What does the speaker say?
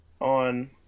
on